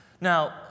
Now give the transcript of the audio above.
Now